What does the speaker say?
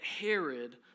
Herod